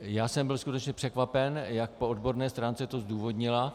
Byl jsem skutečně překvapen, jak to po odborné stránce zdůvodnila.